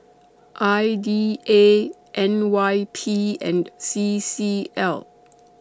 I D A N Y P and C C L